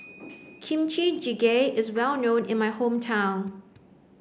Kimchi Jjigae is well known in my hometown